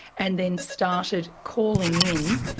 and then started calling in.